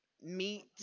meet